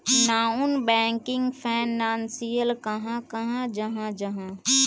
Non banking financial कहाक कहाल जाहा जाहा?